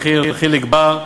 יחיאל חיליק בר,